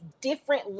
different